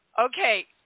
Okay